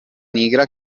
nigra